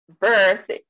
birth